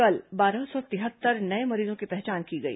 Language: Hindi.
कल बारह सौ तिहत्तर नये मरीजों की पहचान की गई